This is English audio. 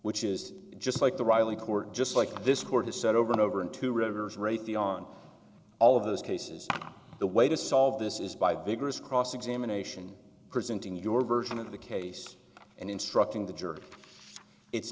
which is just like the riley court just like this court has said over and over in two rivers raytheon all of those cases the way to solve this is by vigorous cross examination presenting your version of the case and instructing the jury it's